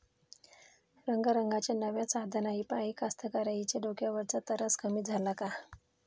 रंगारंगाच्या नव्या साधनाइपाई कास्तकाराइच्या डोक्यावरचा तरास कमी झाला का?